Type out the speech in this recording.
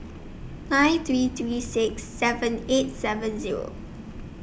nine three three six seven eight seven Zero